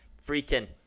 freaking